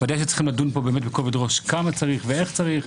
ודאי שצריך לדון פה בכובד ראש כמה צריך ואיך צריך,